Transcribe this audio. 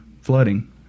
flooding